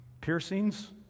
piercings